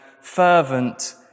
fervent